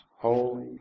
Holy